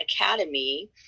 academy